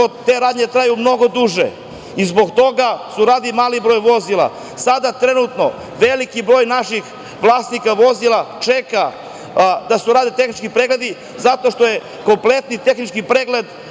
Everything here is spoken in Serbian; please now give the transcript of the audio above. te radnje traju mnogo duže i zbog toga su radili mali broj vozila. Sada trenutno veliki broj naših vlasnika vozila čeka da urade tehnički pregled zato što je kompletni tehnički pregled…